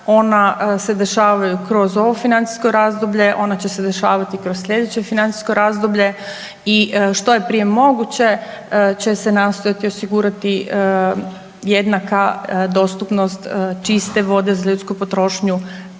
Ona se dešavaju kroz ovo financijsko razdoblje, ona će se dešavati i kroz slijedeće financijsko razdoblje. I što je prije moguće će se nastojati osigurati jednaka dostupnost čiste vode za ljudsku potrošnju